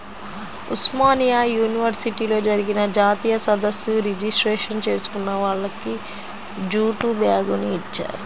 ఉస్మానియా యూనివర్సిటీలో జరిగిన జాతీయ సదస్సు రిజిస్ట్రేషన్ చేసుకున్న వాళ్లకి జూటు బ్యాగుని ఇచ్చారు